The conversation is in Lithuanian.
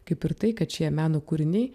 kaip ir tai kad šie meno kūriniai